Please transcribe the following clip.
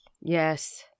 Yes